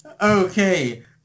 Okay